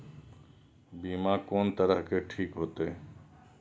बीमा कोन तरह के ठीक होते?